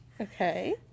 Okay